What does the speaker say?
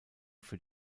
für